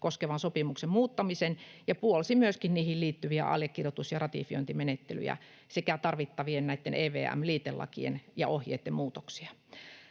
koskevan sopimuksen muuttamisen ja puolsi myöskin niihin liittyviä allekirjoitus- ja ratifiointimenettelyjä sekä tarvittavien EVM-liitelakien ja -ohjeitten muutoksia.